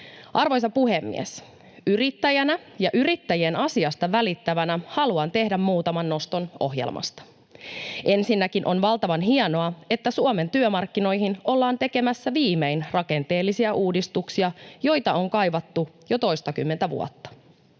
Arvoisa puhemies! Yrittäjänä ja yrittäjien asiasta välittävänä haluan tehdä muutaman noston ohjelmasta. Ensinnäkin on valtavan hienoa, että Suomen työmarkkinoihin ollaan viimein tekemässä rakenteellisia uudistuksia, joita on kaivattu jo toistakymmentä vuotta.